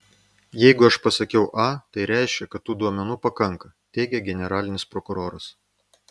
jeigu aš pasakiau a tai reiškia kad tų duomenų pakanka teigė generalinis prokuroras